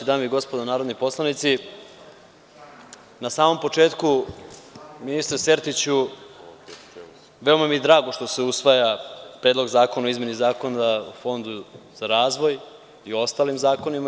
Dame i gospodo narodni poslanici, na samom početku, ministre Sertiću, veoma mi je drago što se usvaja Predlog zakona o izmeni i dopuni Zakona o Fondu za razvoj i ostali zakoni.